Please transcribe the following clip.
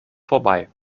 vorbei